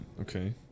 okay